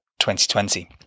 2020